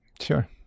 Sure